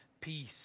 peace